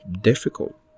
difficult